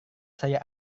saya